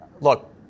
look